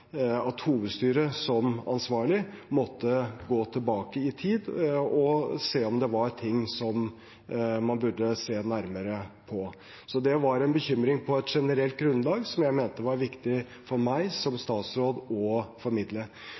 hovedstyret som ansvarlig måtte gå tilbake i tid og se om det var ting som man burde se nærmere på. Det var en bekymring på et generelt grunnlag som jeg mente var viktig for meg som statsråd